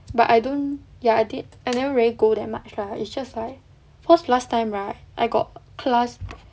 but I don't ya I did I never really go that much lah it's just like cause last time right I got class